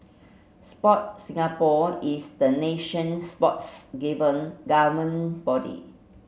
Sport Singapore is the nation sports given government body